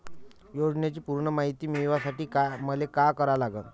योजनेची पूर्ण मायती मिळवासाठी मले का करावं लागन?